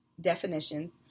definitions